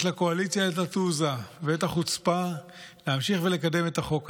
יש לקואליציה את התעוזה ואת החוצפה להמשיך ולקדם את החוק הזה.